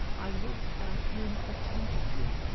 i looked at him attentively,